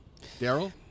Daryl